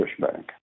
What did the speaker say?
pushback